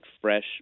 fresh